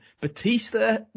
Batista